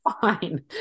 fine